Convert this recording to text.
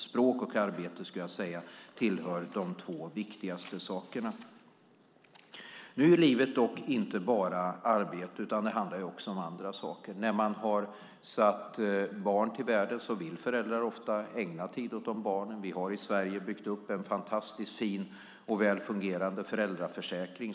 Språk och arbete skulle jag säga tillhör de två viktigaste sakerna. Nu är livet dock inte bara arbete, utan det handlar också om andra saker. När man har satt barn till världen vill föräldrar ofta ägna tid åt de barnen. Vi har i Sverige byggt upp en fantastiskt fin och väl fungerande föräldraförsäkring.